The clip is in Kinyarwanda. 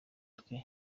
twe